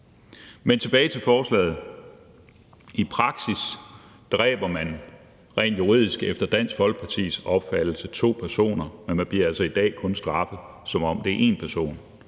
Men tilbage til forslaget: I praksis dræber man rent juridisk efter Dansk Folkepartis opfattelse to personer, men man bliver altså i dag kun straffet, som om det er én person.